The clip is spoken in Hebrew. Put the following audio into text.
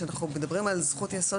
החינוך